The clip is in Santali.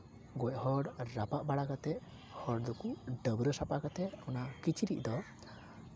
ᱜᱚᱡ ᱦᱚᱲ ᱨᱟᱯᱟᱜ ᱵᱟᱲᱟ ᱠᱟᱛᱮᱫ ᱦᱚᱲ ᱫᱚᱠᱚ ᱰᱟᱹᱵᱽᱨᱟᱹ ᱥᱟᱯᱷᱟ ᱠᱟᱛᱮᱫ ᱚᱱᱟ ᱠᱤᱪᱨᱤᱡ ᱫᱚ